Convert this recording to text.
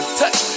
touch